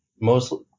mostly